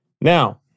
Now